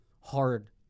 hard